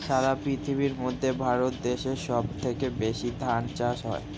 সারা পৃথিবীর মধ্যে ভারত দেশে সব থেকে বেশি ধান চাষ হয়